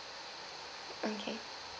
okay